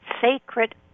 Sacred